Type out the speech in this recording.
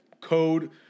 code